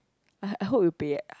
I I hope will pay ah